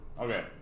Okay